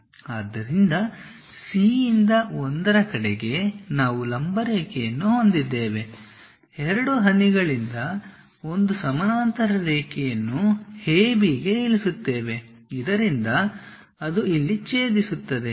ಆದ್ದರಿಂದ C ಯಿಂದ 1 ಕಡೆಗೆ ನಾವು ಲಂಬರೇಖೆಯನ್ನು ಹೊಂದಿದ್ದೇವೆ 2 ಹನಿಗಳಿಂದ ಒಂದು ಸಮಾನಾಂತರ ರೇಖೆಯನ್ನು AB ಗೆ ಇಳಿಸುತ್ತೇವೆ ಇದರಿಂದ ಅದು ಇಲ್ಲಿ ಛೇದಿಸುತ್ತದೆ